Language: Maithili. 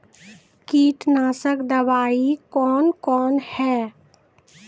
कीटनासक दवाई कौन कौन हैं?